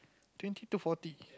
twenty to forty